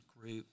group